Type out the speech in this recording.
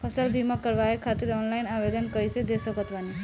फसल बीमा करवाए खातिर ऑनलाइन आवेदन कइसे दे सकत बानी?